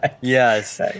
Yes